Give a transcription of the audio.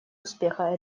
успеха